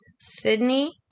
Sydney